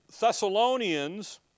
Thessalonians